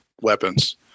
weapons